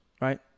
right